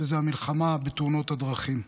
המלחמה בתאונות הדרכים.